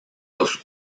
los